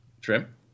trim